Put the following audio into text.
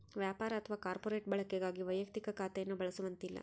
ವ್ಯಾಪಾರ ಅಥವಾ ಕಾರ್ಪೊರೇಟ್ ಬಳಕೆಗಾಗಿ ವೈಯಕ್ತಿಕ ಖಾತೆಯನ್ನು ಬಳಸುವಂತಿಲ್ಲ